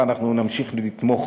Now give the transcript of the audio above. ואנחנו נמשיך לתמוך